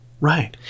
Right